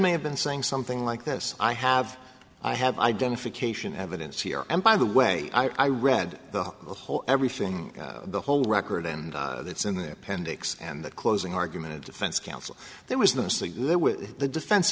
may have been saying something like this i have i have identification evidence here and by the way i read the whole everything the whole record and it's in there pending and the closing argument of defense counsel there was no signal there with the defense